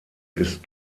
ist